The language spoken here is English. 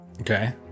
Okay